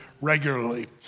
regularly